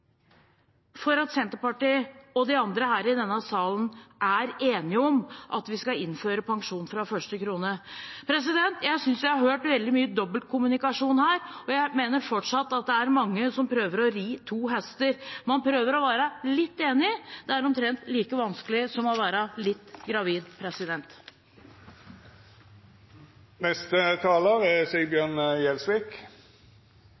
for at Senterpartiet og de andre her i denne salen er enige om at vi skal innføre pensjon fra første krone? Jeg synes jeg har hørt veldig mye dobbeltkommunikasjon her, jeg mener fortsatt at det er mange som prøver å ri to hester. Man prøver å være litt enig – det er omtrent like vanskelig som å være litt gravid.